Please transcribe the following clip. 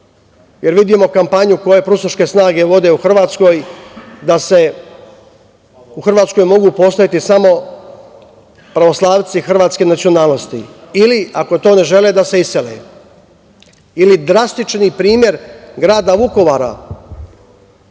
jer vidimo kampanju koju proustaške snage vode u Hrvatskoj da u Hrvatskoj mogu postojati samo pravoslavci hrvatske nacionalnosti ili ako to ne žele da se isele ili drastičan primer grada Vukovara